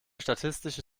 statistische